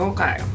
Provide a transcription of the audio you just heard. Okay